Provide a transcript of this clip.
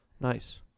Nice